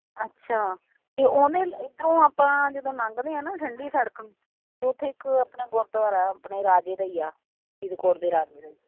ਅੱਛਾ ਅਤੇ ਉਹਨੇ ਇੱਧਰੋਂ ਆਪਾਂ ਜਦੋਂ ਲੰਘਦੇ ਆ ਨਾ ਠੰਡੀ ਸੜਕ 'ਤੇ ਉੱਥੇ ਇੱਕ ਆਪਣੇ ਗੁਰਦੁਆਰਾ ਆਪਣੇ ਰਾਜੇ ਦਾ ਹੀ ਆ ਫਰੀਦਕੋਟ ਦੇ ਰਾਜੇ ਦਾ